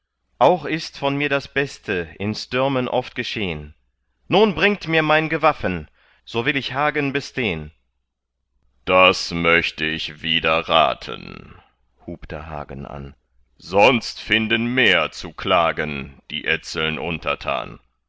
auch ist von mir das beste in stürmen oft geschehn nun bringt mir mein gewaffen so will ich hagen bestehn das möcht ich widerraten hub da hagen an sonst finden mehr zu klagen die etzeln untertan